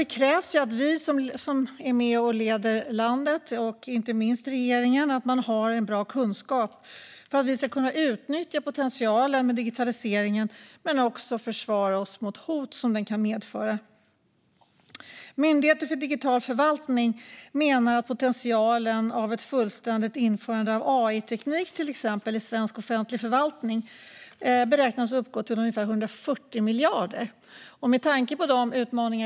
Det krävs att vi som är med och leder landet, inte minst regeringen, har en bra kunskap för att vi ska kunna utnyttja digitaliseringens potential men också försvara oss mot hot som den kan medföra. Myndigheten för digital förvaltning beräknar till exempel att potentialen hos ett fullständigt införande av AI-teknik i svensk offentlig förvaltning uppgår till ungefär 140 miljarder.